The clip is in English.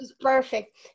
perfect